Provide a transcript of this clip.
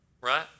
right